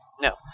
No